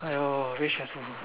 !aiyo! very stressful